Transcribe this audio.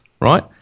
right